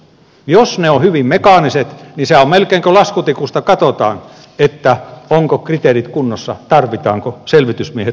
jos ne ovat hyvin mekaaniset niin sehän on melkein kuin laskutikusta katsotaan onko kriteerit kunnossa tarvitseeko selvitysmiehet laittaa liikkeelle